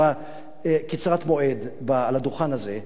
קצרת מועד על הדוכן הזה,